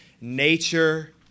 nature